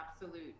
absolute